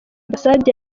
ambasade